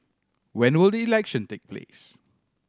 when will the election take place